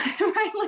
right